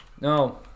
No